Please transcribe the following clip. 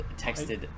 texted